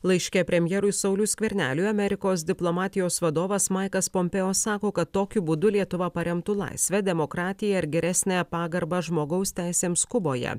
laiške premjerui sauliui skverneliui amerikos diplomatijos vadovas maiklas pompėjo sako kad tokiu būdu lietuva paremtų laisvę demokratiją ir geresnę pagarbą žmogaus teisėms kuboje